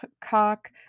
cock